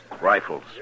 Rifles